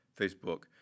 Facebook